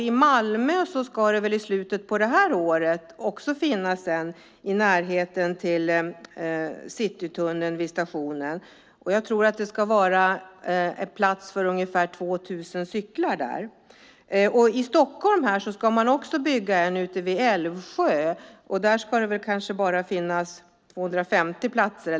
I Malmö ska det i slutet av året finnas ett i närheten av Citytunneln vid stationen. Jag tror att där ska finnas plats för ungefär 2 000 cyklar. I Stockholm ska man bygga ett i Älvsjö med omkring 250 platser.